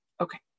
Okay